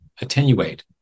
attenuate